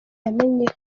yamenye